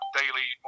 daily